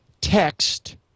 text